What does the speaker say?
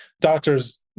doctors